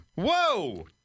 Whoa